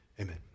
amen